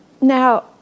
Now